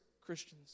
Christians